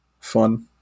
fun